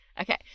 Okay